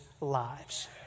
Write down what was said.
lives